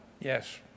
Yes